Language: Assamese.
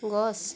গছ